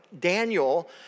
Daniel